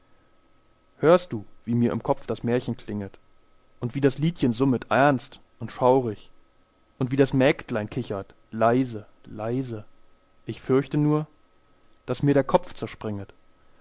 hörst du wie mir im kopf das märchen klinget und wie das liedchen summet ernst und schaurig und wie das mägdelein kichert leise leise ich fürchte nur daß mir der kopf zerspringet